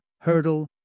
hurdle